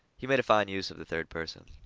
he made a fine use of the third person.